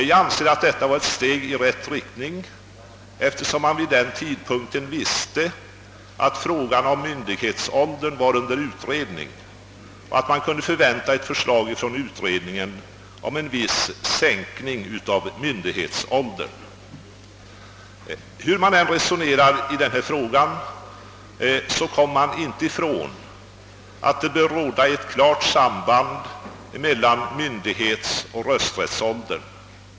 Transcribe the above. Jag anser detta vara ett steg i rätt riktning. Vid denna tidpunkt visste man att frågan om myndighetsåldern var under utredning och att man kunde förvänta ett förslag från utredningen om en viss sänkning av myndighetsåldern. Hur vi än resonerar i denna fråga, kommer vi nämligen inte ifrån att det bör råda ett klart samband mellan myndighetsoch rösträttsålder.